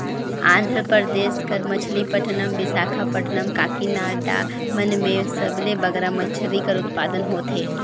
आंध्र परदेस कर मछलीपट्टनम, बिसाखापट्टनम, काकीनाडा मन में सबले बगरा मछरी कर उत्पादन होथे